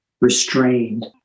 restrained